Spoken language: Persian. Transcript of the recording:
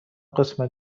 قسمت